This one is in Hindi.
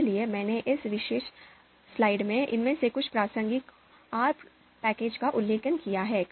इसलिए मैंने इस विशेष स्लाइड में इनमें से कुछ प्रासंगिक आर पैकेजों का उल्लेख किया है